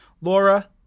Laura